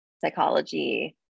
psychology